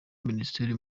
minisitiri